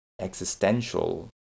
existential